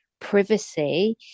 privacy